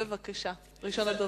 בבקשה, ראשון הדוברים.